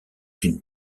une